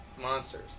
monsters